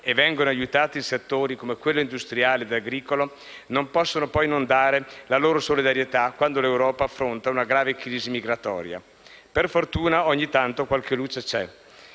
e vengono aiutati in settori come quello industriale e agricolo, non possono poi non dare la loro solidarietà quando l'Europa affronta una grave crisi migratoria. Per fortuna ogni tanto qualche luce c'è.